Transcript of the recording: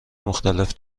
مختلف